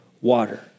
water